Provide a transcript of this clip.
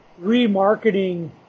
remarketing